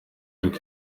ariko